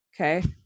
okay